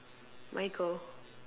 michael